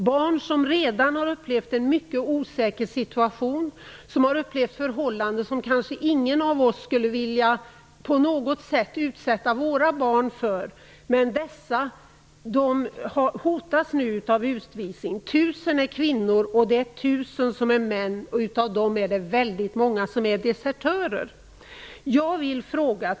Barn som redan har upplevt en mycket osäker situation, som har upplevt förhållanden som ingen av oss skulle vilja utsätta våra barn för, hotas nu av utvisning. I gruppen finns 1 000 kvinnor. 1 000 är män; av dem är många desertörer.